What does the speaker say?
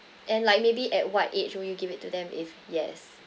and like maybe at what age would you give it to them if yes